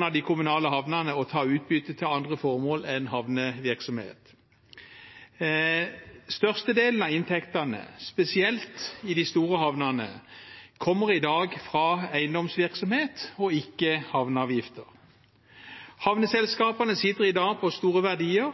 av de kommunale havnene å ta ut utbytte til andre formål enn havnevirksomhet. Størstedelen av inntektene, spesielt i de store havnene, kommer i dag fra eiendomsvirksomhet og ikke havneavgifter. Havneselskapene sitter i dag på store verdier